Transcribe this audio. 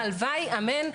הלוואי, אמן.